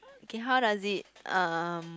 okay how does it um